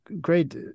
great